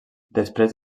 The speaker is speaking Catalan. després